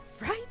right